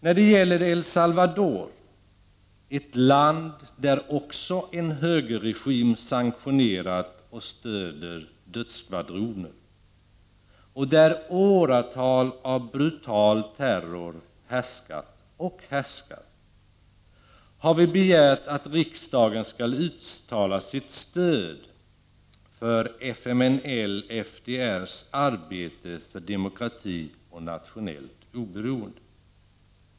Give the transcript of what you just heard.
När det gäller El Salvador — ett land där en högerregim också sanktionerar och stödjer dödsskvadroner och där brutal terror har härskat i åratal — har vi begärt att riksdagen skall uttala sitt stöd för FMNL/FDR:s arbete för demokrati och nationellt oberoende.